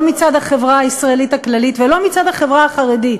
לא מצד החברה הישראלית הכללית ולא מצד החברה החרדית.